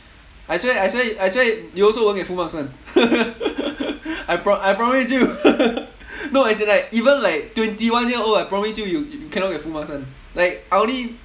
I swear I swear I swear you also won't get full marks [one] I pro~ I promise you no as in like even like twenty one year old I promise you you cannot get full marks [one] like I only